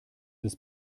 des